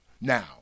Now